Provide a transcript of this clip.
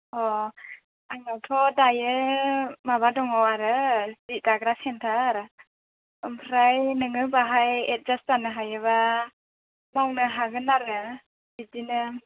अ आंनावथ' दायो माबा दङ आरो जि दाग्रा सेन्टार ओमफ्राय नोङो बेहाय एडजास्ट जानो हायोब्ला मावनो हागोन आरो बिदिनो